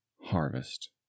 harvest